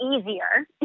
easier